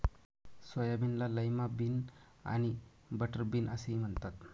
सोयाबीनला lima bean आणि butter bean असेही म्हणतात